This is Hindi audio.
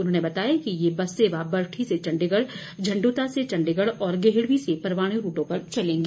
उन्होंने बताया कि ये बस सेवा बरठी से चंडीगढ़ झंड्रता से चंडीगढ़ और गेहड़वीं से परवाणु रूटों पर चलेंगी